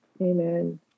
amen